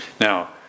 Now